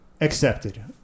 accepted